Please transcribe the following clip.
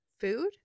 Food